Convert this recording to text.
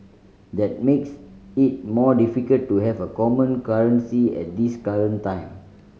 that makes it more difficult to have a common currency at this current time